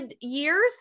years